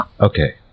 Okay